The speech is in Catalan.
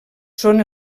són